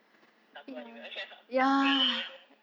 tak keluar juga ya lah ya lah